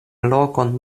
lokon